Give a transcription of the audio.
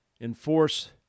enforce